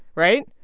right?